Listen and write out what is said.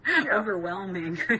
Overwhelming